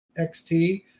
XT